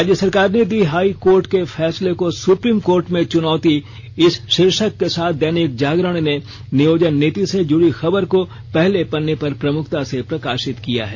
राज्य सरकार ने दी हाई कोर्ट के फैसले को सुप्रीम कोर्ट में चुनौती इस शीर्षक के साथ दैनिक जागरण ने नियोजन नीति से जुड़ी खबर को पहले पन्ने पर प्रमुखता से प्रकाशित किया है